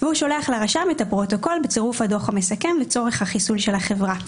והוא שולח לרשם את הפרוטוקול בצירוף הדוח המסכם לצורך החיסול של החברה.